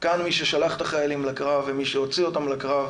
כאן מי ששלח את החיילים לקרב ומי שהוציא אותם לקרב